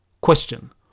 Question